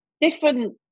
different